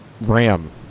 Ram